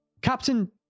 Captain